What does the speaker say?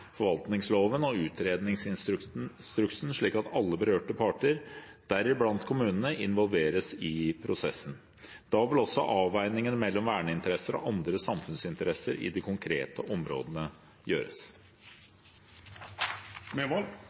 forvaltningsloven og utredningsinstruksen, slik at alle berørte parter, deriblant kommunene, involveres i prosessen. Da vil også avveiningene mellom verneinteresser og andre samfunnsinteresser i de konkrete områdene gjøres.